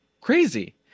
crazy